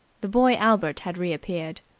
the boy albert had reappeared.